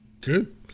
good